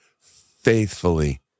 faithfully